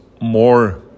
more